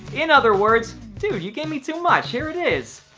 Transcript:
in other words dude, you gave me too much, here it is.